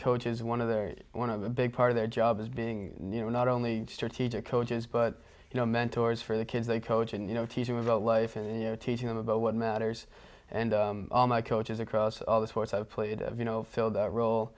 coach is one of the one of a big part of their job as being you know not only strategic coaches but you know mentors for the kids they coach and you know teach them about life and you know teaching them about what matters and all my coaches across all the sports i've played you know fill th